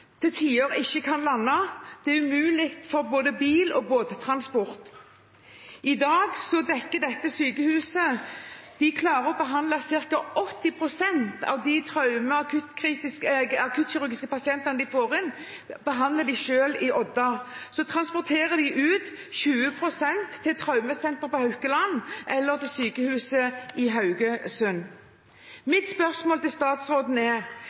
til tider ikke kan lande, det er umulig med både bil- og båttransport. I dag klarer Odda sykehus selv å behandle ca. 80 pst. av de traumepasientene og de akuttkirurgiske pasientene de får inn. Så transporterer de 20 pst. til Traumesenteret på Haukeland eller til sykehuset i Haugesund. Mitt spørsmål til statsråden er: